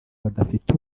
badafite